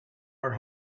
are